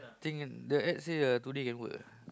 I think the ad say uh today can work ah